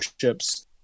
ships